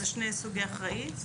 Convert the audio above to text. זה שני סוגי אחראי.